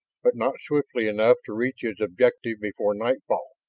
but not swiftly enough to reach his objective before nightfall.